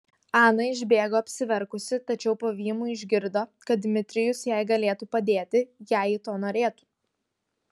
ana išbėgo apsiverkusi tačiau pavymui išgirdo kad dmitrijus jai galėtų padėti jei ji to norėtų